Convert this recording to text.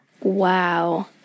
Wow